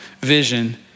vision